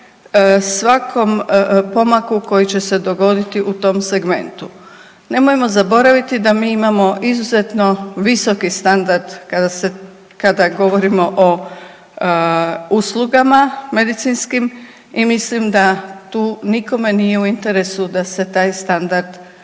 svakom pomaku koji će se dogoditi u tom segmentu. Nemojmo zaboraviti da mi imamo izuzetno visoki standard kada govorimo o uslugama medicinskim i mislim da tu nikome nije u interesu da se taj standard